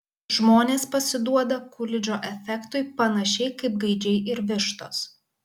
žmonės pasiduoda kulidžo efektui panašiai kaip gaidžiai ir vištos